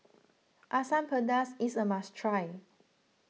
Asam Pedas is a must try